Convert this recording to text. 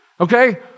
Okay